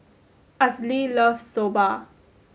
Azalee loves Soba